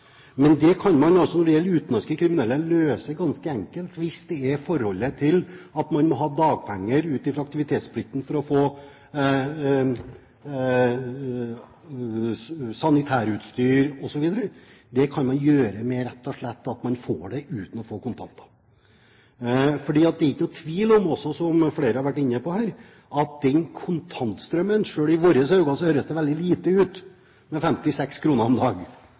Men når det gjelder utenlandske kriminelle, kan man løse det ganske enkelt hvis det er snakk om at man må ha dagpenger ut fra en aktivitetsplikt for å få sanitærutstyr osv. Det kan man ordne ved at de rett og slett får dette uten å få kontanter. For det er ikke noen tvil om, som flere har vært inne på her, at den kontantstrømmen som i våre ører høres veldig liten ut, 56 kr om dagen, for mange av de utenlandske kriminelle utgjør en